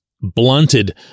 blunted